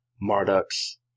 Marduk's